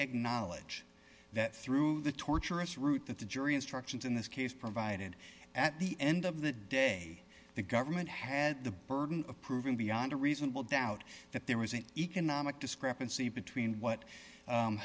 acknowledge that through the torturers route that the jury instructions in this case provided at the end of the day the government has the burden of proving beyond a reasonable doubt that there was an economic discrepancy between what